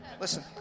Listen